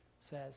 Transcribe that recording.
says